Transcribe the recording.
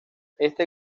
este